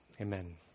Amen